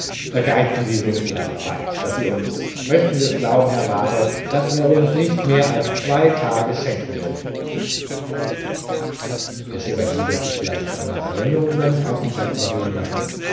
da geizen sie so mit ihrer zeit daß sie uns möchten sie es glauben herr abbate daß er uns nicht mehr als zwei tage schenken will der chevalier wird sich vielleicht zu einer verlängerung seines aufenthalts überreden lassen